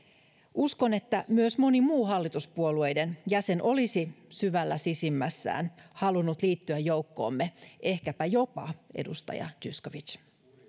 uskon että myös moni muu hallituspuolueiden jäsen olisi syvällä sisimmässään halunnut liittyä joukkoomme ehkäpä jopa edustaja zyskowicz